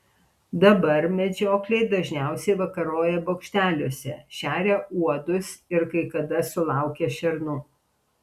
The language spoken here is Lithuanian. dabar medžiokliai dažniausiai vakaroja bokšteliuose šeria uodus ir kai kada sulaukia šernų